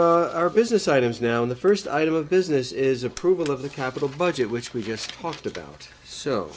our business items now on the first item of business is approval of the capital budget which we just talked about so